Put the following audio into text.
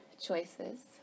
choices